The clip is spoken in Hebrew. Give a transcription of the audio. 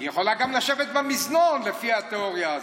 היא יכולה גם לשבת במזנון, לפי התיאוריה הזאת.